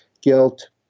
guilt